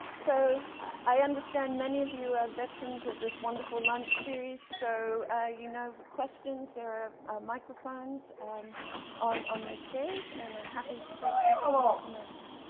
so, i understand many of you are veterans of this wonderful lunch series, so you know question, there ah are microphones on on the stairs, and happy to take questions, comments.